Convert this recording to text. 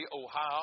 Ohio